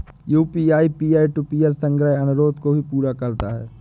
UPI peer to peer संग्रह अनुरोध को भी पूरा करता है